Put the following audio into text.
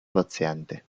paziente